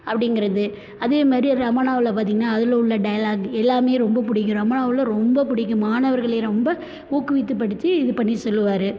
அப்ப்படிங்கிறது அதே மாதிரி ரமணாவில் பார்த்தீங்கன்னா அதில் உள்ள டயலாக்கு எல்லாமே ரொம்ப பிடிக்கும் ரமணாவில் ரொம்ப பிடிக்கும் மாணவர்களை ரொம்ப ஊக்குவித்து படித்து இது பண்ணி சொல்லுவார்